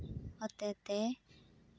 ᱦᱚᱛᱮᱛᱮ